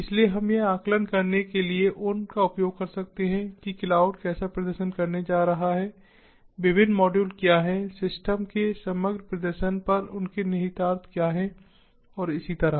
इसलिए हम यह आकलन करने के लिए उन का उपयोग कर सकते हैं कि क्लाउड कैसा प्रदर्शन करने जा रहा है विभिन्न मॉड्यूल क्या हैं सिस्टम के समग्र प्रदर्शन पर उनके निहितार्थ क्या हैं और इसी तरह